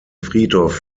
friedhof